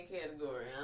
category